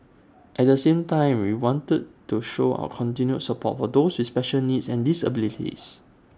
at the same time we want to show our continued support for those with special needs and disabilities